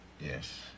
Yes